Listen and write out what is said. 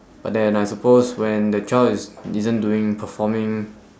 but then I suppose when the child is isn't doing performing